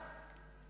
הוא בא להרוג אותו.